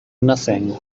nothing